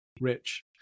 rich